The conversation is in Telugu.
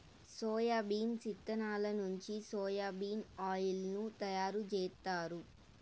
సోయాబీన్స్ ఇత్తనాల నుంచి సోయా బీన్ ఆయిల్ ను తయారు జేత్తారు